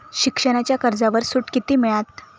शिक्षणाच्या कर्जावर सूट किती मिळात?